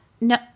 no